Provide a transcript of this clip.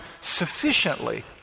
sufficiently